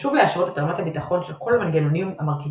חשוב להשוות את רמת הביטחון של כל המנגנונים המרכיבים